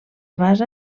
basa